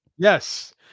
yes